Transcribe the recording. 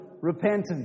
repentance